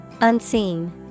Unseen